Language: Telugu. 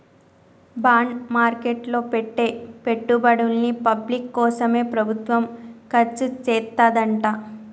బాండ్ మార్కెట్ లో పెట్టే పెట్టుబడుల్ని పబ్లిక్ కోసమే ప్రభుత్వం ఖర్చుచేత్తదంట